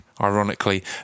ironically